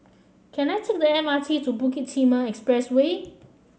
can I take the M R T to Bukit Timah Expressway